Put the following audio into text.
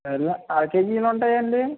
సర్లే అరకేజీలు ఉంటాయండి